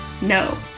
no